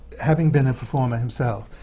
having been a performer himself,